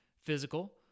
physical